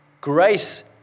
Grace